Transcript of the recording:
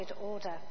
order